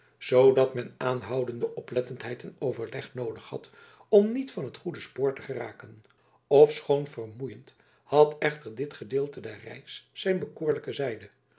zoodat men aanhoudende oplettendheid en overleg noodig had om niet van het goede spoor te geraken ofschoon vermoeiend had echter dit gedeelte der reis zijn bekoorlijke zijde